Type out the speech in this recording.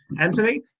Anthony